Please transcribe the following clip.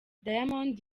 diamond